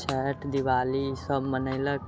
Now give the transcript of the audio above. छठि दिवाली ईसभ मनयलक